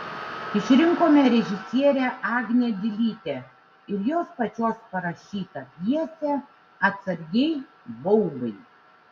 išrinkome režisierę agnę dilytę ir jos pačios parašytą pjesę atsargiai baubai